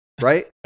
Right